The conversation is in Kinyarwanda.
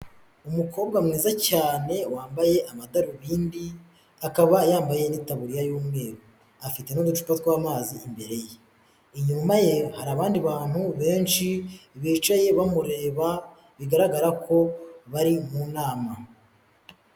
Umukobwa mwiza cyane wambaye amadarubindi akaba yambaye n'itaburiya y'umweru afite n'uducupa tw'amazi imbere ye, inyuma ye hari abandi bantu benshi bicaye bamureba, bigaragara ko bari mu nama.